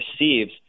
receives